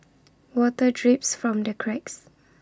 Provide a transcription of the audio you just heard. water drips from the cracks